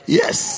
yes